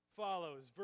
follows